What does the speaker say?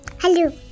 Hello